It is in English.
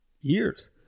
years